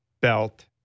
Belt